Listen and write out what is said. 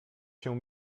się